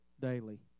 daily